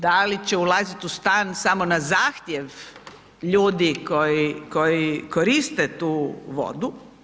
Da li će ulaziti u stan samo na zahtjev ljudi koji koriste tu vodu?